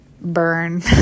burn